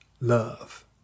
love